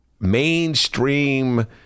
mainstream